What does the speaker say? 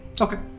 okay